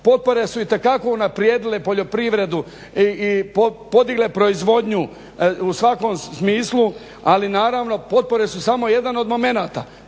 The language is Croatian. potpore su itekako unaprijedile poljoprivredu i podigle proizvodnju u svakom smislu, ali naravno potpore su samo jedan od momenata.